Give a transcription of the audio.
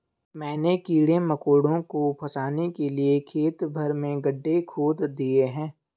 मैंने कीड़े मकोड़ों को फसाने के लिए खेत भर में गड्ढे खोद दिए हैं